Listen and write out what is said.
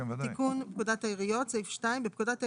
תיקון פקודת העיריות 2. בפקודת העיריות,